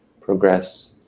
progress